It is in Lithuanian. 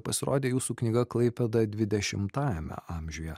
pasirodė jūsų knyga klaipėda dvidešimtajame amžiuje